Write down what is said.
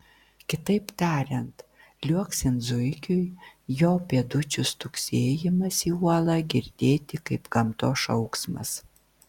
kitaip tariant liuoksint zuikiui jo pėdučių stuksėjimas į uolą girdėti kaip gamtos šauksmas